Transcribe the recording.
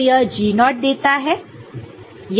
तो यह G0 naught naught देता है